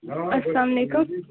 اَسلامُ علیکُم